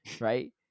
right